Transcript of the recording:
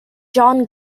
john